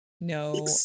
no